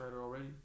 already